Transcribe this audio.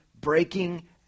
breaking